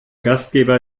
gastgeber